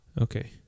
okay